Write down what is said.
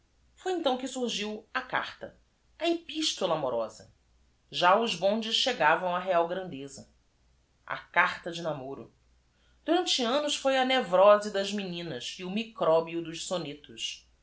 oi então que surgiu a carta a epistola amorosa á os bondes chegavam á eal randeza carta de namoro urante annos foi a ne vrose das meninas e o micróbio dos sonetos